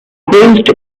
cruised